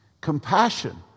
Compassion